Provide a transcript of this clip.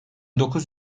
dokuz